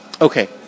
Okay